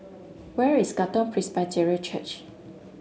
where is Katong Presbyterian Church